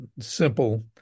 simple